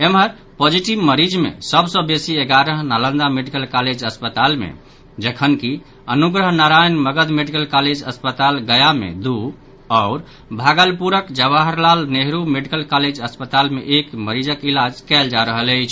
एम्हर पॉजिटिव मरीज मे सभ सँ बेसी एगारह नालंदा मेडिकल कॉलेज अस्पताल मे जखनकि अनुग्रह नारायण मगध मेडिकल कॉलेज अस्पताल गया मे दू आओर भागलपुरक जवाहर लाल नेहरू मेडिकल कॉलेज अस्पताल मे एक मरीजक इलाज कयल जा रहल अछि